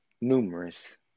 numerous